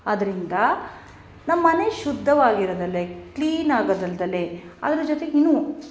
ಅದರಿಂದ ನಮ್ಮ ಮನೆ ಶುದ್ಧವಾಗಿರೋದಲ್ಲದೆ ಕ್ಲೀನ್ ಆಗೋದಲ್ಲದಲೇ ಅದ್ರ ಜೊತೆಗೆ ಇನ್ನೂ